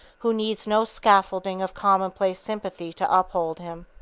who needs no scaffolding of commonplace sympathy to uphold him.